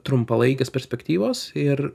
trumpalaikės perspektyvos ir